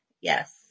Yes